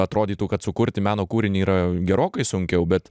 atrodytų kad sukurti meno kūrinį yra gerokai sunkiau bet